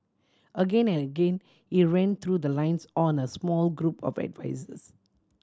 again and again he ran through the lines on a small group of advisers